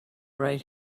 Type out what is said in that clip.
right